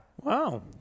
wow